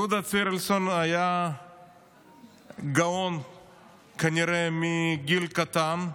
יהודה צירלסון היה גאון כנראה מגיל קטן,